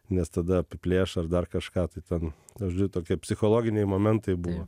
nes tada apiplėš ar dar kažką tai ten nu žodžiu tokie psichologiniai momentai buvo